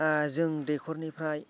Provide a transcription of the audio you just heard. जों दैखरनिफ्राय